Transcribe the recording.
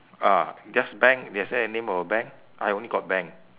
ah just bank is there a name of a bank I only got bank